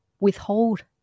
withhold